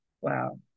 wow